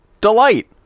delight